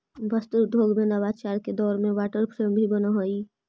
वस्त्र उद्योग में नवाचार के दौर में वाटर फ्रेम भी बनऽ हई